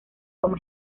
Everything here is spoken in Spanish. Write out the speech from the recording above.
como